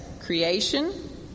creation